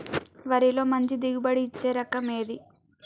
వరిలో మంచి దిగుబడి ఇచ్చే రకం ఏది?